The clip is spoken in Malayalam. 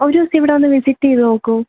ഒരു ദിവസം ഇവിടെ വന്ന് വിസിറ്റ് ചെയ്തു നോക്കൂ